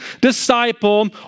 disciple